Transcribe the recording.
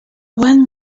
when